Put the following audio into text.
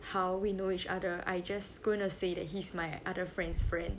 how we know each other I just going to say that he's my other friends' friend